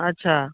अच्छा